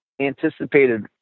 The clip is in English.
anticipated